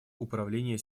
управления